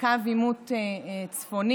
בקו עימות צפוני,